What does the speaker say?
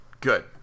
Good